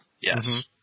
Yes